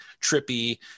trippy